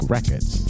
Records